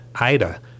Ida